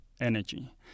Energy